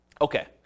Okay